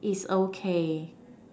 it's okay